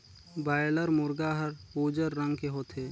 boiler मुरगा हर उजर रंग के होथे